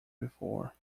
before